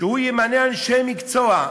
שימנה אנשי מקצוע.